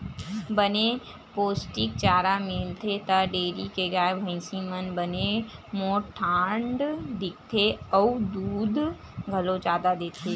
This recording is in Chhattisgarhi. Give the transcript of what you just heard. बने पोस्टिक चारा मिलथे त डेयरी के गाय, भइसी मन बने मोठ डांठ दिखथे अउ दूद घलो जादा देथे